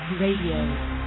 Radio